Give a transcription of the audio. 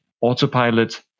autopilot